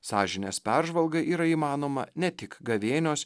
sąžinės peržvalga yra įmanoma ne tik gavėnios